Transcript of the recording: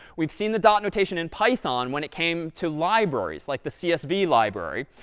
we've seen the dot notation in python when it came to libraries, like the csv library.